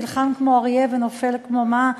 נלחם כמו אריה ונופל כמו מה?